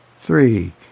Three